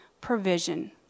provision